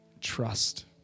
trust